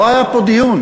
לא היה פה דיון.